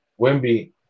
Wimby